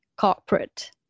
corporate